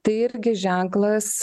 tai irgi ženklas